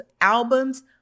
albums